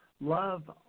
Love